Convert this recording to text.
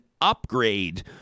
upgrade